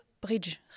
bridge